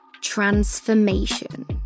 Transformation